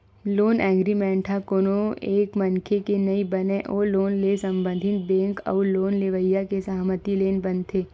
loan agreement ह कोनो एक मनखे के नइ बनय ओ लोन ले संबंधित बेंक अउ लोन लेवइया के सहमति ले बनथे